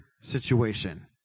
situation